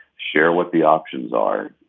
share what the options are.